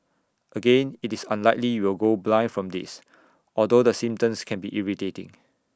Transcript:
again IT is unlikely you will go blind from this although the symptoms can be irritating